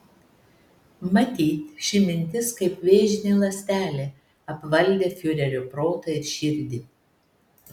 matyt ši mintis kaip vėžinė ląstelė apvaldė fiurerio protą ir širdį